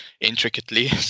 intricately